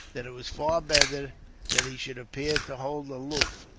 that it was far better that he should appear to hold aloof,